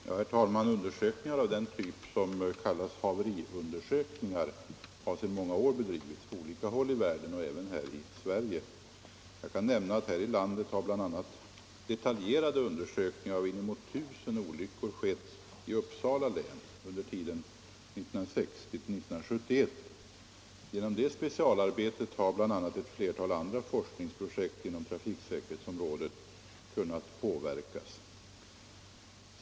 Herr talman! Undersökningar av den typ som kallas haveriundersök ningar har sedan många år bedrivits på olika håll i världen och även i Sverige. Jag kan nämna att här i landet har bl.a. detaljerade undersökningar av inemot 1 000 olyckor skett i Uppsala län under åren 1960-1971. Genom detta arbete har bl.a. ett flertal andra forskningsprojekt inom trafiksäkerhetsområdet kunnat påverkas.